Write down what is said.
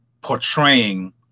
portraying